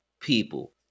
people